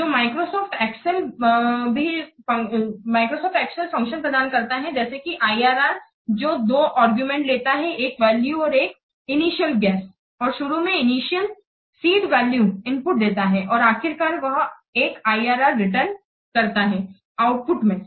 तो Microsoft Excel भी कुछ फंक्शंस प्रदान करता है जैसे कि IRR जोकि दो अरगुमेंट लेता है एक वैल्यू और एक इनिशियल गैस और शुरू में इनिशियल सीड वैल्यू इनपुट देते हैं और आखिरकर वह एक IRR रिटर्नकरता है आउटपुट में